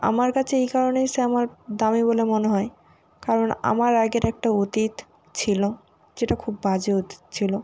আমার কাছে এই কারণেই সে আমার দামি বলে মনে হয় কারণ আমার আগের একটা অতীত ছিল যেটা খুব বাজে অতীত ছিল